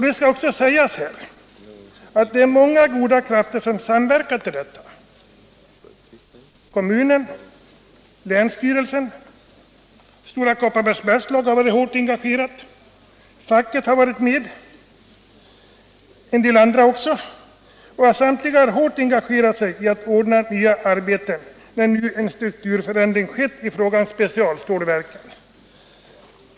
: Det skall också sägas här att det är många goda krafter som samverkar till detta: kommunen, länsstyrelsen, Stora Kopparbergs Bergslags AB, som har varit hårt engagerat, facket, industridepartementet och även en del andra. Samtliga har hårt engagerat sig i att ordna nya arbeten när nu en strukturförändring skett i fråga om specialstålverken.